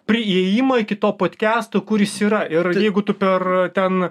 priėjimą iki to podkesto kur jis yra ir jeigu tu per ten